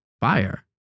fire